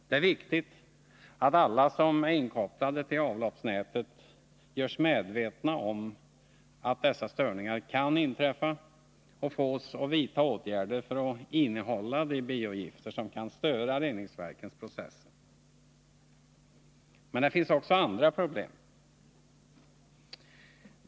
Det är viktigt att alla som har sina avlopp kopplade till det kommunala nätet görs medvetna om att dessa störningar kan inträffa och att de vidtar åtgärder för att innehålla de biogifter som kan störa reningsverkens processer. Men det finns också andra problem.